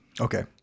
Okay